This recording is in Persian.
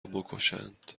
بکشند